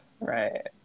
right